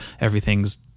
Everything's